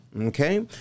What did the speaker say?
Okay